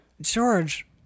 George